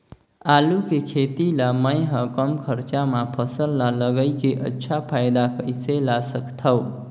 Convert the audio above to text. आलू के खेती ला मै ह कम खरचा मा फसल ला लगई के अच्छा फायदा कइसे ला सकथव?